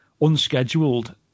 unscheduled